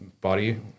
body